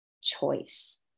choice